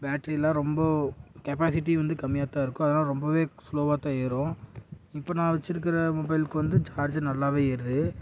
பேட்ரிலாம் ரொம்ப கெப்பாசிட்டி வந்து கம்மியா தான் இருக்கும் அதனால ரொம்பவே ஸ்லோவா தான் ஏறும் இப்போ நான் வச்சிருக்கிற மொபைல்க்கு வந்து சார்ஜர் நல்லாவே ஏறுது